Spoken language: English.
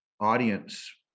audience